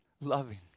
loving